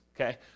Okay